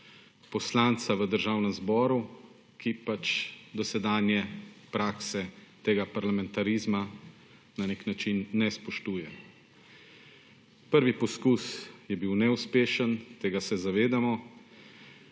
poslanca v Državnem zboru, ki pač dosedanje prakse tega parlamentarizma na nek način ne spoštuje. Prvi poskus je bil neuspešen, tega se zavedamo,